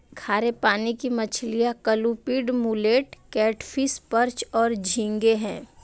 खारे पानी की मछलियाँ क्लूपीड, मुलेट, कैटफ़िश, पर्च और झींगे हैं